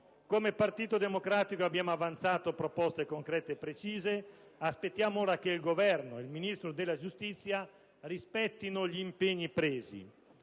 Come Partito Democratico, abbiamo avanzato proposte concrete e precise: aspettiamo ora che il Governo e il Ministro della giustizia rispettino gli impegni presi.